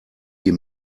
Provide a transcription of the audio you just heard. die